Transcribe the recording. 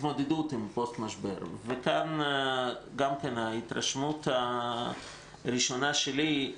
לגבי ההתמודדות עם פוסט משבר כאן ההתרשמות הראשונה שלי,